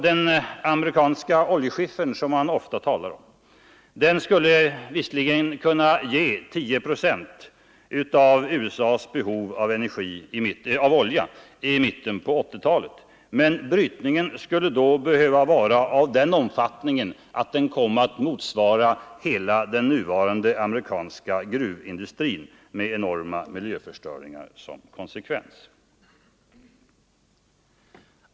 Den amerikanska oljeskiffern, som man ofta talar om, skulle visserligen kunna ge 10 procent av USA:s behov av olja vid mitten av 1980-talet, men brytningen skulle då behöva bli av sådan omfattning att den motsvarade hela den nuvarande amerikanska gruvindustrin med enorma miljöförstöringar som konsekvens.